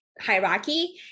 hierarchy